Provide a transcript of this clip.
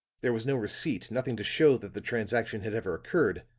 there was no receipt, nothing to show that the transaction had ever occurred.